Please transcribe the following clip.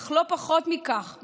אך לא פחות מכך,